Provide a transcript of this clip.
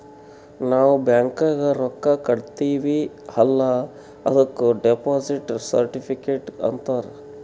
ನಾವ್ ಬ್ಯಾಂಕ್ಗ ರೊಕ್ಕಾ ಕಟ್ಟಿರ್ತಿವಿ ಅಲ್ಲ ಅದುಕ್ ಡೆಪೋಸಿಟ್ ಸರ್ಟಿಫಿಕೇಟ್ ಅಂತಾರ್